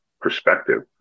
perspective